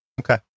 Okay